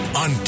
on